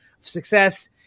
success